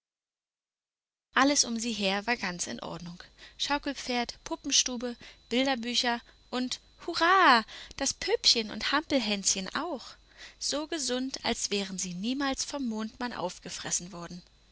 alles um sie her war ganz in ordnung schaukelpferd puppenstube bilderbücher und hurra das püppchen und hampelhänschen auch so gesund als wären sie niemals vom mondmann aufgefressen worden